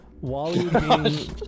Wally